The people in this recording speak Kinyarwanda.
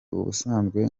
ubusanzwe